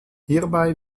hierbei